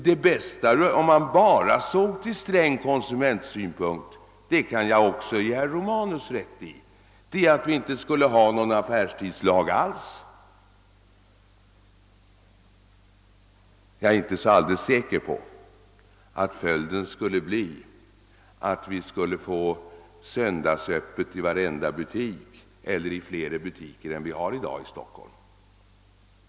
Om man såge denna fråga enbart ur konsumentsynpunkt, skulle vi inte ha någon affärstidslag alls — det kan jag ge herr Romanus rätt i. Jag är inte så alldeles säker på att följden härav skulle bli att varenda butik eller fler butiker än i dag skulle ha söndagsöppet.